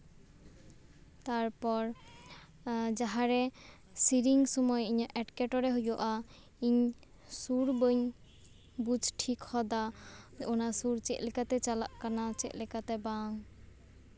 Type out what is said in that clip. ᱛᱟᱨᱯᱚᱨ ᱡᱟᱦᱟᱸᱨᱮ ᱥᱮᱨᱮᱧ ᱥᱚᱢᱚᱭ ᱤᱧᱟᱹᱜ ᱮᱴᱠᱮᱴᱚᱬᱮ ᱦᱩᱭᱩᱜᱼᱟ ᱤᱧ ᱥᱩᱨ ᱵᱟᱹᱧ ᱵᱩᱡᱽ ᱴᱷᱤᱠ ᱦᱚᱫᱟ ᱡᱮ ᱚᱱᱟ ᱥᱩᱨ ᱪᱮᱫᱞᱮᱠᱟ ᱛᱮ ᱪᱟᱞᱟᱜ ᱠᱟᱱᱟ ᱪᱮᱫᱞᱮᱠᱟ ᱛᱮ ᱵᱟᱝ